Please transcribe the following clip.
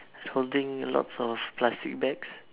holding lots of plastic bags